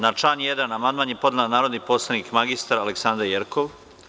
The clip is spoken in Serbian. Na član 1. amandman je podnela narodni poslanik mr Aleksandra Jerkov.